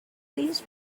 please